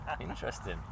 interesting